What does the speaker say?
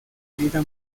vida